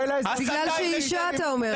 בגלל שהיא אישה אתה אומר את זה.